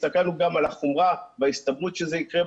הסתכלנו גם על החומרה וההסתברות שזה יקרה.